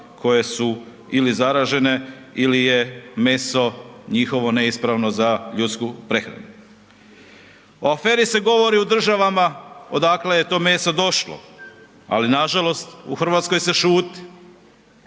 koje su ili zaražene ili je meso njihovo neispravno za ljudsku prehranu. O aferi se govori u državama odakle je to meso došlo, ali nažalost u Hrvatskoj se šuti.